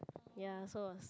ya so was